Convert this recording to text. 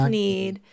need